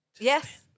Yes